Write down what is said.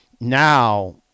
now